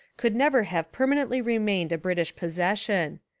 could never have permanently remained a brit ish possession.